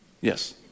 Yes